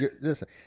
listen